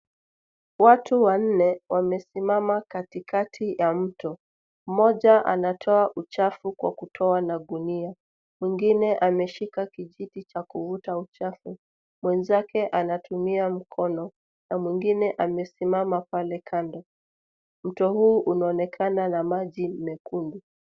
Watu wanne wamesimama katikati ya mto. Mmoja anatoa uchafu kwa kutoa na gunia .Mwingine ameshika kijiti cha kuvuta uchafu. Mwenzake anatumia mkono, na mwingine amesimama pale kando. Mto huu unaonekana na maji mekundu.